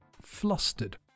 flustered